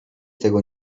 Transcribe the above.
tego